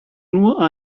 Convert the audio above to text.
nur